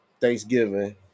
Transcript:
Thanksgiving